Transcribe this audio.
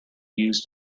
used